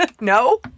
No